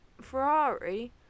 Ferrari